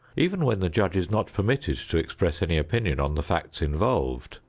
even when the judge is not permitted to express any opinions on the facts involved,